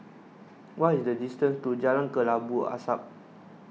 what is the distance to Jalan Kelabu Asap